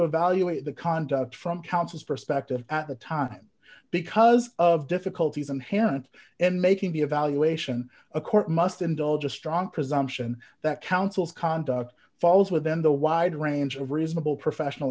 evaluate the conduct from counsel's perspective at the time because of difficulties in hand in making the evaluation a court must indulge a strong presumption that counsel's conduct falls within the wide range of reasonable professional